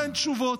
אין תשובות.